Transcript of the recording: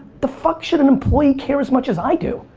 the fuck should an employee care as much as i do?